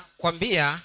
kwambia